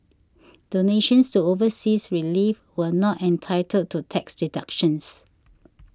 donations to overseas relief are not entitled to tax deductions